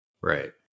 Right